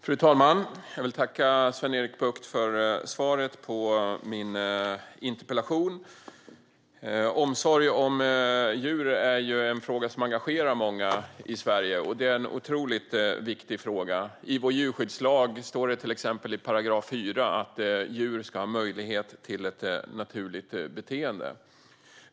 Fru talman! Jag vill tacka Sven-Erik Bucht för svaret på min interpellation. Omsorg om djur är en fråga som engagerar många i Sverige. Det är en otroligt viktig fråga. I djurskyddslagen står det exempelvis i 4 § att djur ska ha möjlighet till ett naturligt beteende.